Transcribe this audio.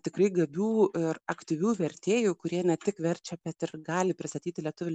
tikrai gabių ir aktyvių vertėjų kurie ne tik verčia bet ir gali pristatyti lietuvių